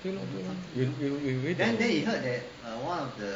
对 lor 对 lor you you